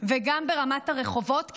וגם ברמת הרחובות,